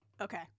Okay